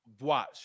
Watch